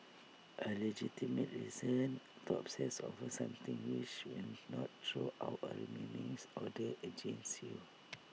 A legitimate reason to obsess over something which will not throw out A restraining order against you